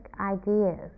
ideas